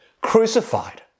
Crucified